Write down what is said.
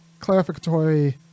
clarificatory